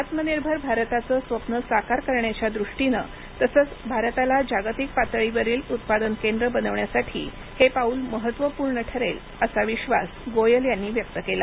आत्मनिर्भर भारताचं स्वप्न साकार करण्याच्या दृष्टीनं तसंच भारताला जागतिक पातळीवरील उत्पादन केंद्र बनवण्यासाठी हे पाऊल महत्त्वपूर्ण ठरेल असा विश्वास गोयल यांनी व्यक्त केला